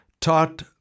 taught